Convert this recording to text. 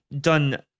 done